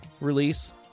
release